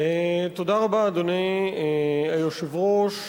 אדוני היושב-ראש,